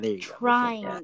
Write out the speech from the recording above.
trying